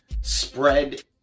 spread